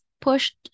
pushed